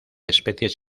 especies